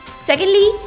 Secondly